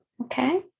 Okay